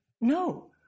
no